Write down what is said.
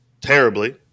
terribly